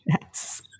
Yes